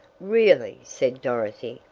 really, said dorothy,